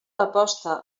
aposta